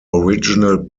original